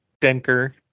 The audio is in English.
Denker